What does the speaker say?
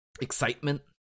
Excitement